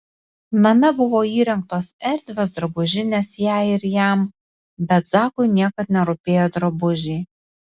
name buvo įrengtos erdvios drabužinės jai ir jam bet zakui niekad nerūpėjo drabužiai